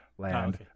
land